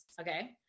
Okay